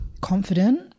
confident